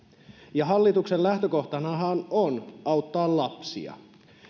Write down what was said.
ja hallituksen lähtökohtanahan on on auttaa lapsia